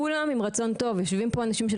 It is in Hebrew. כולם עם רצון טוב יושבים פה אנשים של